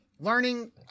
Learning